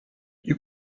you